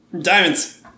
Diamonds